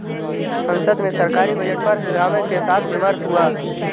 संसद में सरकारी बजट पर हंगामे के साथ विमर्श हुआ